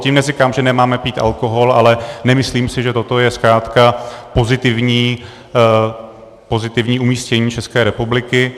Tím neříkám, že nemáme pít alkohol, ale nemyslím si, že toto je zkrátka pozitivní umístění České republiky.